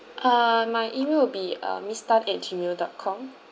uh my email will be uh miss tan at G mail dot com